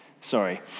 Sorry